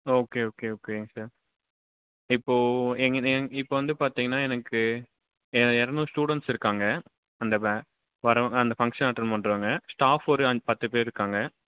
okay okay ஓகேங்க sir இப்போது எங்கேன்னு எங் இப்போ வந்து பார்த்தீங்கன்னா எனக்கு எ இரநூறு ஸ்டூடண்ட்ஸ் இருக்காங்க அந்த பே வர்ற அந்த ஃபங்க்ஷன் அட்டண்ட் பண்ணுறவங்க ஸ்டாஃப் ஒரு அ பத்து பேரிருக்காங்க